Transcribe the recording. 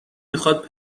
میخواد